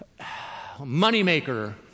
moneymaker